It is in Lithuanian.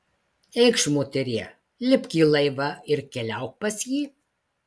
eikš moterie lipk į laivą ir keliauk pas jį